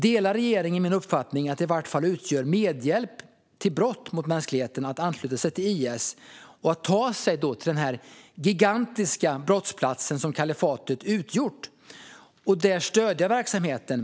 Delar regeringen min uppfattning att det i vart fall utgör medhjälp till brott mot mänskligheten att ansluta sig till IS och att ta sig till den gigantiska brottsplats som kalifatet utgjort och att där stödja verksamheten?